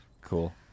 Cool